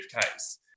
case